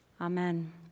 Amen